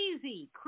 crazy